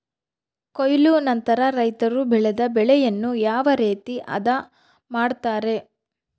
ಕೊಯ್ಲು ನಂತರ ರೈತರು ಬೆಳೆದ ಬೆಳೆಯನ್ನು ಯಾವ ರೇತಿ ಆದ ಮಾಡ್ತಾರೆ?